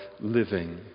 living